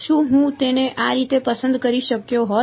શું હું તેને આ રીતે પસંદ કરી શક્યો હોત